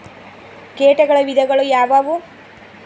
ಕೇಟಗಳ ವಿಧಗಳು ಯಾವುವು?